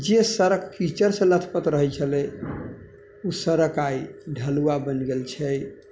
जे सड़क कीचड़सँ लथपथ रहै छलै उ सड़क आइ ढ़लुआ बनि गेल छै